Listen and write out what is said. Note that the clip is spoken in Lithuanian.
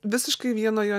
visiškai vieno jo